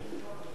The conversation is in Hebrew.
כבוד השר,